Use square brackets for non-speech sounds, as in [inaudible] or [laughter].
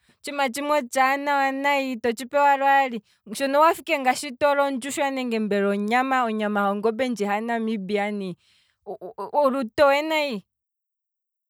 Otshiima tshimwe otshaana ito tshi pewa lwaali, shono owafa ike ngaashi toli ondjishwa mbela nenge onyama, onyama hongombe ndji hanamibia ne, [hesitation] olu towe nayi.